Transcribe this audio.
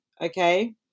Okay